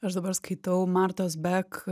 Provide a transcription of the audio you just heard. aš dabar skaitau martos bek